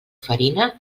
farina